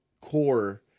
core